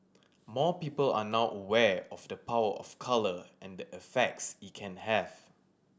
more people are now aware of the power of colour and the effects it can have